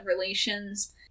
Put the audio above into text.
relations